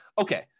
Okay